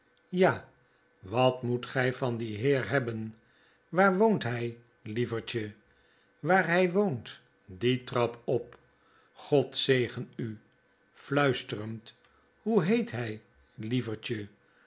ja wat moet gy van dien heer hebben waar woont hy lievertje waar hy woont die trap op god zegen u fluisterend hoe heet hy lievertje